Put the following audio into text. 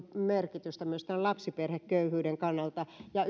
merkitystä myös lapsiperheköyhyyden kannalta ja